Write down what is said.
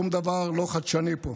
שום דבר לא חדשני פה.